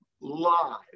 live